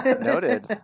Noted